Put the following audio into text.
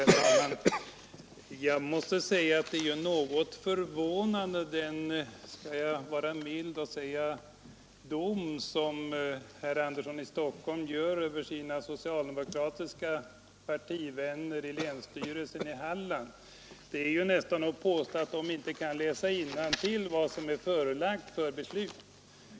Herr talman! Jag måste säga att den, skall jag vara mild och säga dom, som herr Sten Andersson i Stockholm fäller över sina socialdemokratiska partivänner i länsstyrelsen i Halland, är något förvånande. Den innebär ju nästan ett påstående att de inte skulle kunna läsa innantill i vad som är dem förelagt för beslut.